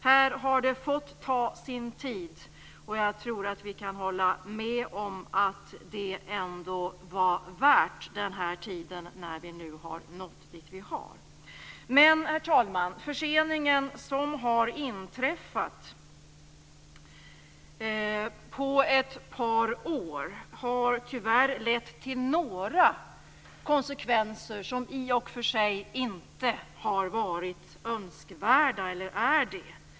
Här har det fått ta sin tid, och jag tror att vi kan hålla med om att det ändå var värt den tiden när vi nu har nått fram. Men, herr talman, förseningen som har inträffat, på ett par år, har tyvärr lett till några konsekvenser som i och för sig inte har varit eller är önskvärda.